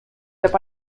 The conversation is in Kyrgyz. деп